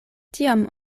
tiam